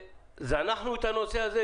זנחנו את הנושא הזה,